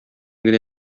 генә